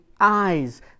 eyes